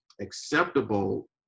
acceptable